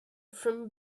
from